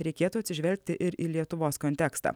reikėtų atsižvelgti ir į lietuvos kontekstą